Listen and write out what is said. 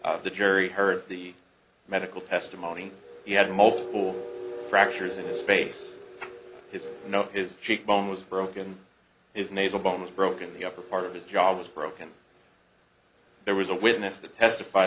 the jury heard the medical testimony he had multiple fractures in his face his know his cheek bone was broken is nasal bones broken the upper part of his job was broken there was a witness to testify